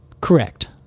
Correct